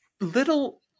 little